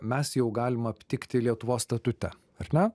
mes jau galim aptikti lietuvos statute ar ne